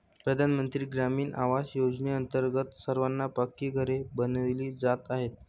प्रधानमंत्री ग्रामीण आवास योजनेअंतर्गत सर्वांना पक्की घरे बनविली जात आहेत